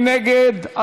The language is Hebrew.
מי נגד?